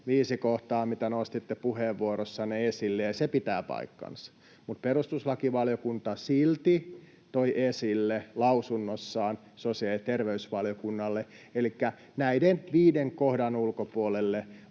viisi kohtaa, mitä nostitte puheenvuorossanne esille, ja se pitää paikkansa. Mutta perustuslakivaliokunta silti toi esille lausunnossaan sosiaali- ja terveysvaliokunnalle, että näiden viiden kohdan ulkopuolelle